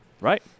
Right